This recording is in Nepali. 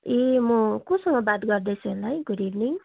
ए म कोसँग बात गर्दैछु होला है गुड इभिनिङ